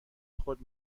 خود